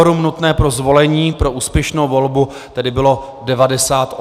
Kvorum nutné pro zvolení, pro úspěšnou volbu, tedy bylo 98.